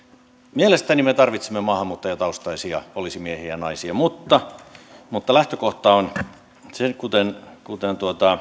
mielestäni me tarvitsemme maahanmuuttajataustaisia poliisimiehiä ja naisia mutta mutta lähtökohta on se kuten